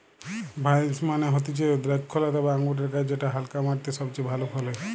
vines মানে হতিছে দ্রক্ষলতা বা আঙুরের গাছ যেটা হালকা মাটিতে সবচে ভালো ফলে